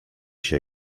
się